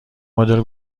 مدل